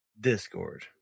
Discord